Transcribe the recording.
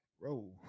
bro